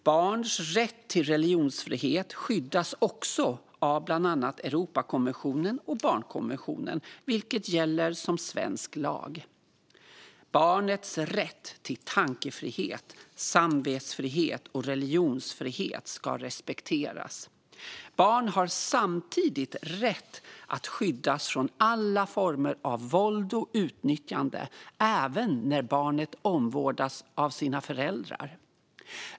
Barns rätt till religionsfrihet skyddas också av bland annat Europakonventionen och barnkonventionen, som gäller som svensk lag. Barnets rätt till tankefrihet, samvetsfrihet och religionsfrihet ska respekteras. Barn har samtidigt rätt att skyddas mot alla former av våld och utnyttjande, även när barnet omvårdas av sina föräldrar.